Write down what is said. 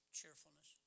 cheerfulness